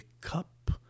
cup